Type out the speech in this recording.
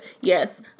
yes